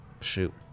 shoot